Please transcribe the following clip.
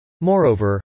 Moreover